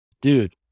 dude